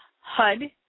Hud